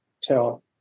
tell